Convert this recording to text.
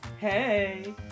Hey